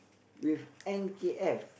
with N_K_F